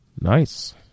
Nice